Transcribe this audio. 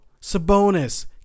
Sabonis